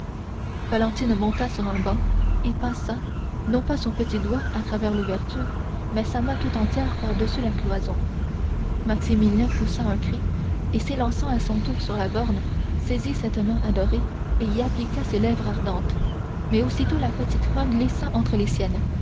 valentine monta sur un banc et passa non pas son petit doigt à travers l'ouverture mais sa main tout entière par-dessus la cloison maximilien poussa un cri et s'élançant à son tour sur la borne saisit cette main adorée et y appliqua ses lèvres ardentes mais aussitôt la petite main glissa entre les siennes